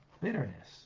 bitterness